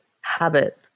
habit